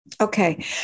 Okay